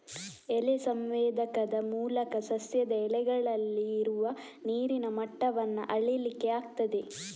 ಎಲೆ ಸಂವೇದಕದ ಮೂಲಕ ಸಸ್ಯದ ಎಲೆಗಳಲ್ಲಿ ಇರುವ ನೀರಿನ ಮಟ್ಟವನ್ನ ಅಳೀಲಿಕ್ಕೆ ಆಗ್ತದೆ